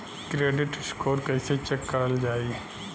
Credit score कइसे check करल जायी?